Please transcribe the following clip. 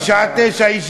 בשעה 21:00,